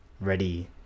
ready